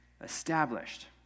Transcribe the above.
Established